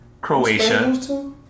Croatia